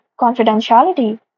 confidentiality